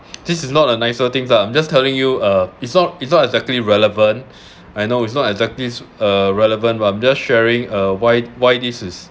this is not a nicer thing lah just telling you uh it's not it's not exactly relevant I know it's not exactly uh relevant I'm just sharing a why why this is